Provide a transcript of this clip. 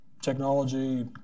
technology